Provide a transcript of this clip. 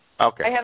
Okay